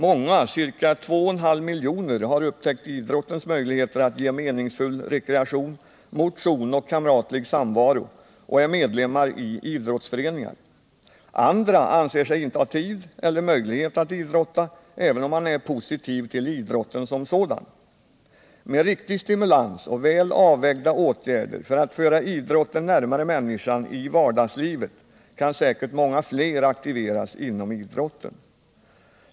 Många — ca 2,5 miljoner — har upptäckt idrottens möjligheter att ge meningsfull rekreation, motion och kamratlig samvaro och är medlemmar i idrottsföreningar. Andra anser sig inte ha tid eller möjlighet att idrotta, även om man är positiv till idrotten som sådan. Med riktig stimulans och väl avvägda åtgärder för att föra idrotten närmare människan i vardagslivet kan säkert många fler aktiveras inom idrotten.